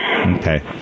Okay